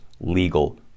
legal